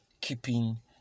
keeping